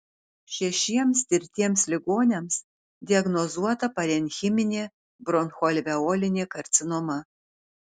šešiems tirtiems ligoniams diagnozuota parenchiminė bronchoalveolinė karcinoma